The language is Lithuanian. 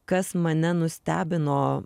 kas mane nustebino